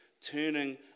turning